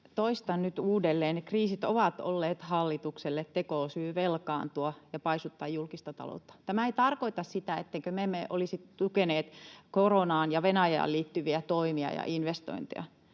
Toistan nyt uudelleen: kriisit ovat olleet hallitukselle tekosyy velkaantua ja paisuttaa julkista taloutta. Tämä ei tarkoita sitä, ettemmekö me olisi tukeneet koronaan ja Venäjään liittyviä toimia ja investointeja,